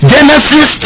Genesis